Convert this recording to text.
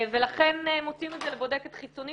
ולכן מוציאים את זה לבודקת חיצונית